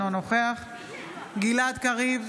אינו נוכח גלעד קריב,